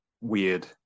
weird